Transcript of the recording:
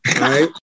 Right